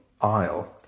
aisle